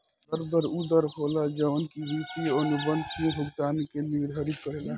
संदर्भ दर उ दर होला जवन की वित्तीय अनुबंध में भुगतान के निर्धारित करेला